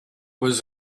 was